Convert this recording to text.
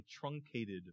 truncated